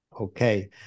Okay